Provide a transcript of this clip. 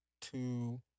two